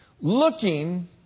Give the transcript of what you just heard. looking